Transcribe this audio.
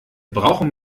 brauchen